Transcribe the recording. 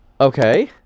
Okay